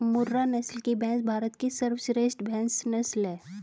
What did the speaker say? मुर्रा नस्ल की भैंस भारत की सर्वश्रेष्ठ भैंस नस्ल है